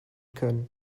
können